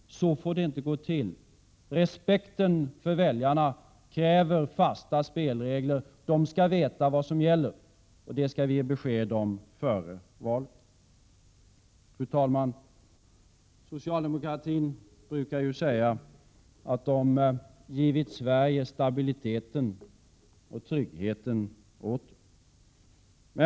Så får det inte gå till. Respekten för väljarna kräver fasta spelregler. De skall veta vad som gäller, och det skall vi ge besked om före valet. Fru talman! Socialdemokratin brukar säga att den har givit Sverige stabiliteten och tryggheten åter.